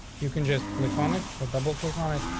you can just click on it. so double click on it,